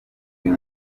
uyu